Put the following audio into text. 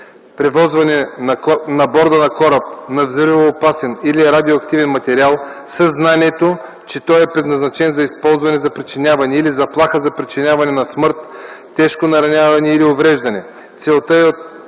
превозване на борда на кораб на взривоопасен или радиоактивен материал със знанието, че той е предназначен за използване за причиняване или заплаха за причиняване на смърт, тежко нараняване или увреждане. Целта е